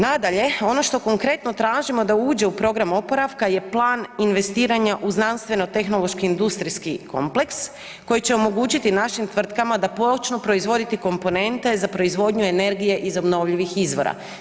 Nadalje, ono što konkretno tražimo da uđe u program oporavka je plan investiranja u znanstveno-tehnološko-industrijski kompleks koji će omogućiti našim tvrtkama da počnu proizvoditi komponente za proizvodnju energije iz obnovljivih izvora.